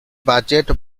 budget